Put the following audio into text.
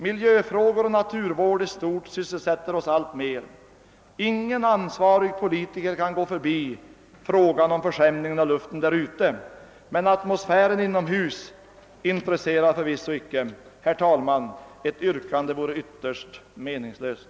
Miljöfrågor och naturvård i stort sysselsätter oss alltmer och ingen ansvarig politiker kan gå förbi frågan om förskämningen av luften i det fria. Men atmosfären inomhus intresserar förvisso icke. Herr talman! Ett yrkande vore ytterst meningslöst.